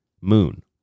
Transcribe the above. Moon